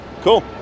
Cool